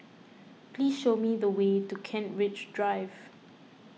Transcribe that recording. please show me the way to Kent Ridge Drive